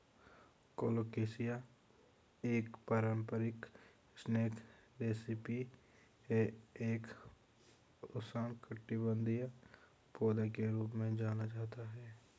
colocasia एक पारंपरिक snack recipe है एक उष्णकटिबंधीय पौधा के रूप में जाना जाता है